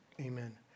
Amen